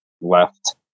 left